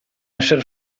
esser